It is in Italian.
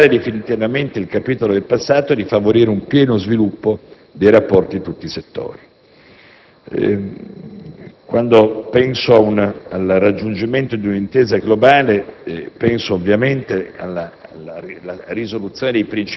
che quindi consenta di superare definitivamente il capitolo del passato e di favorire un pieno sviluppo dei rapporti in tutti i settori. Quando penso al raggiungimento di un'intesa globale, penso ovviamente alla